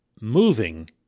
moving